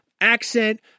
Accent